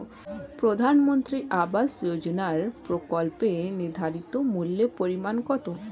প্রধানমন্ত্রী আবাস যোজনার প্রকল্পের নির্ধারিত মূল্যে পরিমাণ কত?